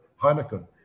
Heineken